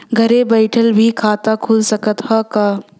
घरे बइठले भी खाता खुल सकत ह का?